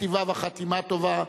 כתיבה וחתימה טובה.